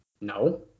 No